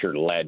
led